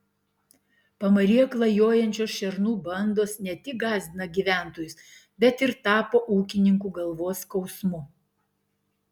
pamaryje klajojančios šernų bandos ne tik gąsdina gyventojus bet ir tapo ūkininkų galvos skausmu